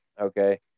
okay